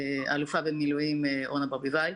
האלופה (במיל') אורנה ברביבאי.